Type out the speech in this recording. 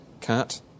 CAT